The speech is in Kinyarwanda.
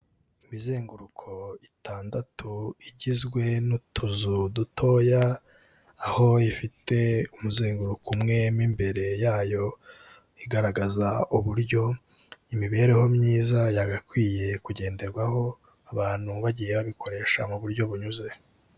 Imizenguruko itandatu igizwe n'utuzu dutoya, aho ifite umuzenguruko umwe mo imbere yayo, igaragaza uburyo imibereho myiza yagakwiye kugenderwaho, abantu bagiye babikoresha mu buryo bunyuze.